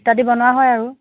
ইত্যাদি বনোৱা হয় আৰু